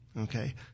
okay